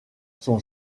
son